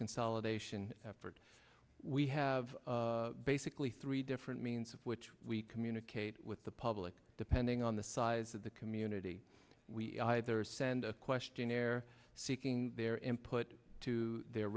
consolidation effort we have basically three different means of which we communicate with the public depending on the size of the community we either send a questionnaire seeking their input to their